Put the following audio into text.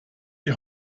die